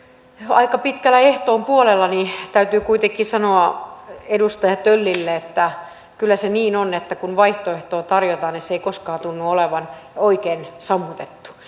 aika pitkällä ehtoon puolella niin täytyy kuitenkin sanoa edustaja töllille että kyllä se niin on että kun vaihtoehtoa tarjotaan niin se ei koskaan tunnu olevan oikein sammutettu